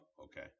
okay